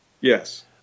Yes